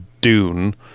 Dune